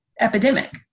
epidemic